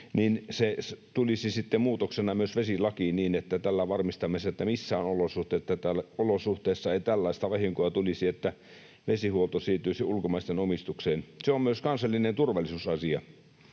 sitten muutoksena myös vesilakiin, ja sillä varmistamme sen, että missään olosuhteissa ei tällaista vahinkoa tulisi, että vesihuolto siirtyisi ulkomaisten omistukseen. Se on myös kansallinen turvallisuusasia.